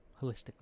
holistically